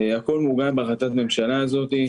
הכל מעוגן בהחלטת הממשלה הזאת.